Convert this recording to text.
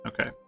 Okay